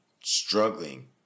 struggling